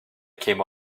came